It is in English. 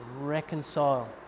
reconcile